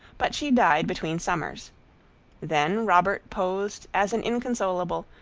but she died between summers then robert posed as an inconsolable,